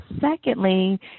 secondly